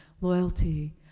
loyalty